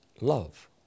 love